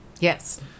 Yes